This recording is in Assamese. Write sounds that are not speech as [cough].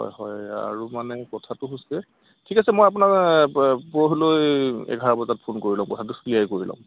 হয় হয় আৰু মানে কথাটো হৈছে ঠিক আছে মই আপোনাক [unintelligible] পৰহিলৈ এঘাৰ বজাত ফোন কৰি ল'ম কথাটো ক্লিয়াৰ কৰি ল'ম